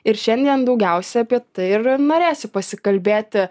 ir šiandien daugiausia apie tai ir norėsiu pasikalbėti